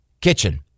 kitchen